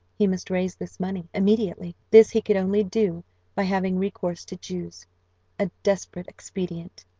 he must raise this money immediately this he could only do by having recourse to jews a desperate expedient.